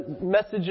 messages